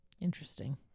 Interesting